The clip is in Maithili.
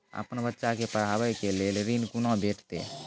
अपन बच्चा के पढाबै के लेल ऋण कुना भेंटते?